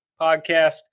podcast